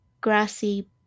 grassy